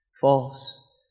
false